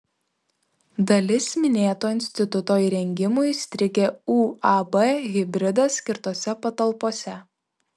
dalis minėto instituto įrengimų įstrigę uab hibridas skirtose patalpose